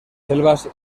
selvas